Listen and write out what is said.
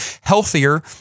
healthier